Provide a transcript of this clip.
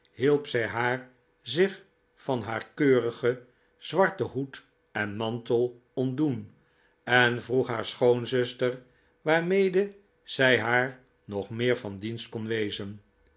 hielp zij haar zich van haar keurigen zwarten hoed en mantel ontdoen en vroeg haar schoonzuster waarmee zij haar nog meer van dienst kon wezen